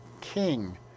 king